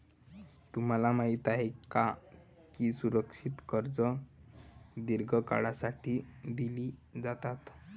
तुम्हाला माहित आहे का की सुरक्षित कर्जे दीर्घ काळासाठी दिली जातात?